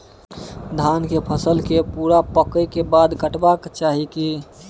धान के फसल के पूरा पकै के बाद काटब चाही की?